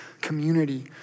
community